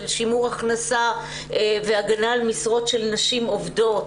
של שימור הכנסה והגנה על משרות של נשים עובדות,